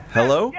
Hello